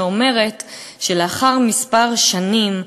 שאומרת שלאחר כמה שנים,